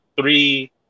three